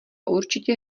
určitě